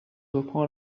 reprend